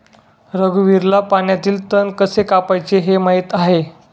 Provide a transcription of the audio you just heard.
रघुवीरला पाण्यातील तण कसे कापायचे हे माहित आहे